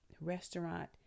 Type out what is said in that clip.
Restaurant